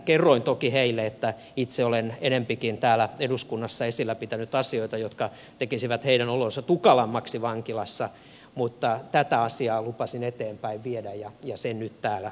kerroin toki heille että itse olen enempikin täällä eduskunnassa esillä pitänyt asioita jotka tekisivät heidän olonsa tukalammaksi vankilassa mutta tätä asiaa lupasin eteenpäin viedä ja sen nyt täällä teen